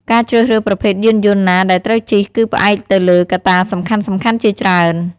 ការជ្រើសរើសប្រភេទយានយន្តណាដែលត្រូវជិះគឺផ្អែកទៅលើកត្តាសំខាន់ៗជាច្រើន។